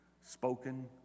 spoken